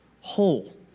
whole